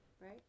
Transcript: right